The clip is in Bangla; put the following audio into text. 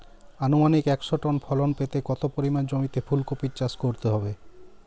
আনুমানিক একশো টন ফলন পেতে কত পরিমাণ জমিতে ফুলকপির চাষ করতে হবে?